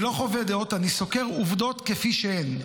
אני לא מחווה דעות, אני סוקר עובדות כפי שהן.